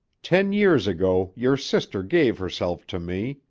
ten years ago your sister gave herself to me.